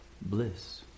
bliss